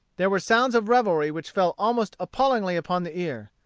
there were sounds of revelry which fell almost appallingly upon the ear.